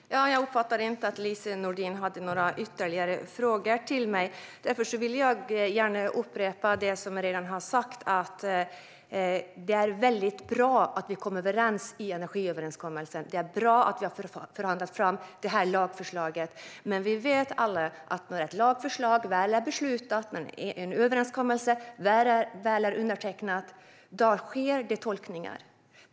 Fru talman!! Jag uppfattade inte att Lise Nordin hade några ytterligare frågor till mig. Därför vill jag gärna upprepa det som jag redan har sagt: Det är bra att vi kom överens i energiöverenskommelsen. Det är bra att vi har förhandlat fram detta lagförslag. Men vi vet alla att när ett lagförslag väl är beslutat och en överenskommelse väl är undertecknad sker det tolkningar.